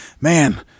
man